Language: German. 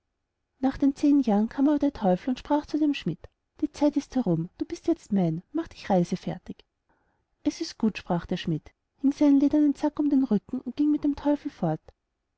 nach den zehn jahren aber kam der teufel und sprach zum schmidt die zeit ist herum jetzt bist du mein mach dich reisefertig es ist gut sprach der schmidt hing seinen ledernen sack um den rücken und ging mit dem teufel fort